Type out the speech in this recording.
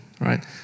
right